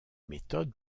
méthodes